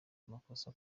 amakosa